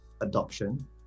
adoption